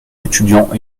étudiants